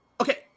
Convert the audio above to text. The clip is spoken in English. okay